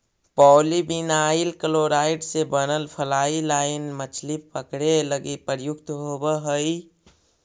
polyvinyl chloride से बनल fly line मछली पकडे लगी प्रयुक्त होवऽ हई